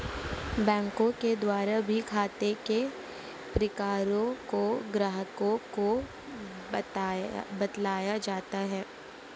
बैंकों के द्वारा भी खाते के प्रकारों को ग्राहकों को बतलाया जाता है